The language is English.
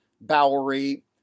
Bowery